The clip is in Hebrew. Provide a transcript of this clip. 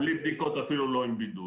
או בלי בדיקות אפילו לא עם בידוד.